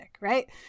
Right